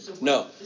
no